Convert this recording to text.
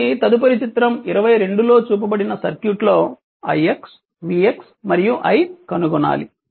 కాబట్టి తదుపరి చిత్రం 22 లో చూపబడిన సర్క్యూట్ లో ix vx మరియు i కనుగొనాలి